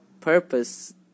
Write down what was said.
purpose